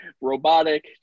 robotic